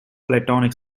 platonic